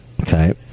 Okay